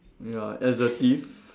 ya assertive